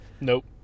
nope